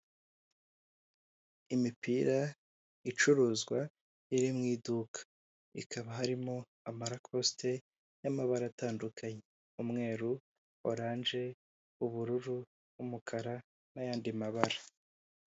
Imipira icuruzwa iri mu iduka ikaba harimo amarakosite y'amabara atandukanye, umweru, oranje, ubururu n'umukara, n'ayandi mabara.